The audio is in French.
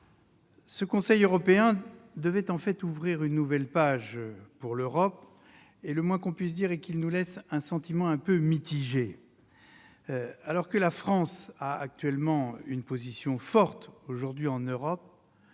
Ce Conseil européen devait ouvrir une nouvelle page pour l'Europe. Le moins que l'on puisse dire est qu'il nous laisse un sentiment un peu mitigé. Alors que la France a une position forte, aujourd'hui, en Europe,